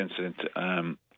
incident